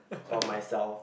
for myself